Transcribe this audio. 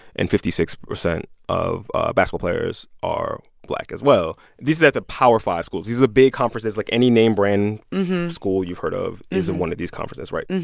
and fifty six percent of ah but basketball players are black as well. these are at the power five schools. these are big conferences. like, any name brand school you've heard of is in one of these conferences, right?